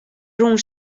rûn